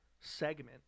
Segment